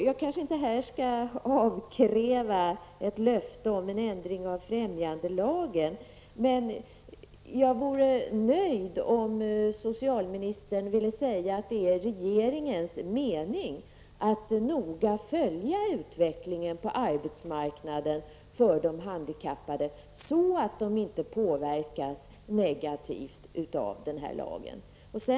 Jag tänker inte här avkräva ett löfte om en ändring av främjandelagen, men jag vore nöjd om socialministern uttalade att det är regeringens mening att noga följa utvecklingen på arbetsmarknaden när det gäller de handikappade, så att de inte påverkas negativt av denna lag.